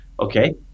Okay